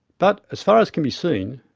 but, as far as can be seen,